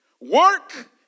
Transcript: Work